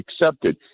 accepted